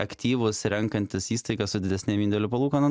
aktyvūs renkantis įstaigą su didesnėm indėlių palūkanom